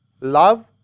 love